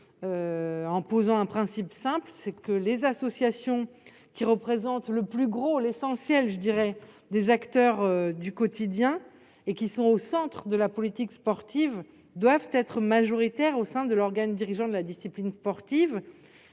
en posant un principe simple : les associations qui représentent l'essentiel des acteurs du quotidien, et qui sont au centre de la politique sportive, doivent être majoritaires au sein de l'organe dirigeant de la discipline sportive.